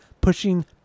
Pushing